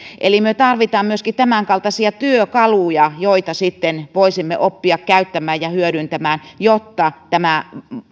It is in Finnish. eli me tarvitsemme myöskin tämänkaltaisia työkaluja joita sitten voisimme oppia käyttämään ja hyödyntämään jotta